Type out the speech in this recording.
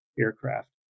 aircraft